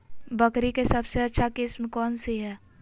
बकरी के सबसे अच्छा किस्म कौन सी है?